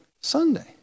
Sunday